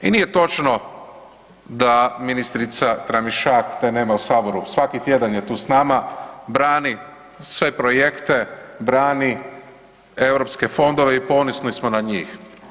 I nije točno da ministrica Tramišak da je nema u saboru, svaki tjedan je tu s nama, brani sve projekte, brani i europske fondove i ponosni smo na njih.